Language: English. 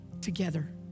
together